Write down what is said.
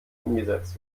umgesetzt